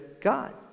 God